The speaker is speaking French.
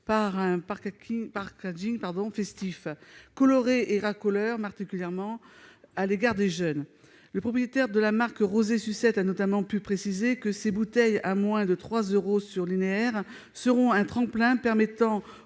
par un packaging festif, coloré et racoleur, particulièrement à l'égard des jeunes. Le propriétaire de la marque Rosé Sucette a notamment précisé :« Ces bouteilles, à moins de 3 euros sur linéaire, seront un tremplin permettant